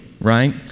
right